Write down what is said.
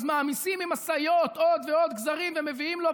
אז מעמיסים עם משאיות עוד ועוד גזרים ומביאים לו,